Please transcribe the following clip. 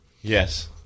Yes